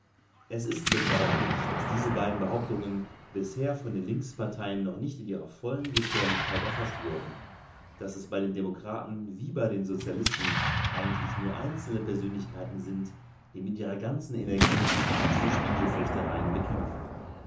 es ist bedauerlich daß diese beiden behauptungen bisher von den linksparteien noch nicht in ihrer vollen gefährlichkeit erfaßt wurden daß es bei den demokraten wie bei den sozialisten eigentlich nur einzelne persönlichkeiten sind die mit ihrer ganzen energie diese spiegelfechtereien bekämpfen